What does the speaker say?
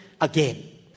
again